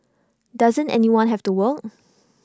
doesn't anyone have to work